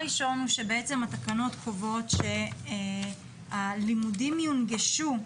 התקנות קובעות שהלימודים יונגשו,